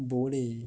bo leh